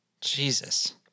Jesus